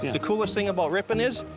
the coolest thing about ripon is,